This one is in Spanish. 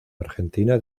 argentina